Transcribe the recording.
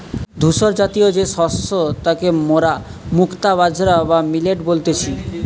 ধূসরজাতীয় যে শস্য তাকে মোরা মুক্তা বাজরা বা মিলেট বলতেছি